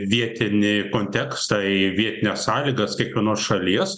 vietinį kontekstą į vietines sąlygas kiekvienos šalies